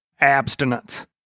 abstinence